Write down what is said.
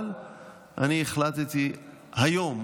אבל אני החלטתי היום,